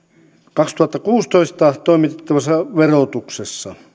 kaksituhattakuusitoista toimitettavassa verotuksessa